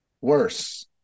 worse